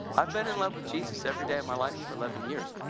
i've been in love with jesus every day of my life for eleven years.